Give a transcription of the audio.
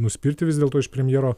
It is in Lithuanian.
nuspirti vis dėlto iš premjero